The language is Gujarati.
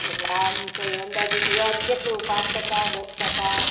એટલે આમ તોય અંદાજિત વ્યાજ કેટલું એમ પાંચ ટકા દસ ટકા